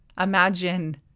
imagine